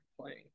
playing